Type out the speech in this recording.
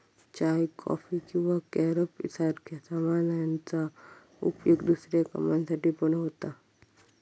चाय, coffee किंवा carob सारख्या सामानांचा उपयोग दुसऱ्या कामांसाठी पण होता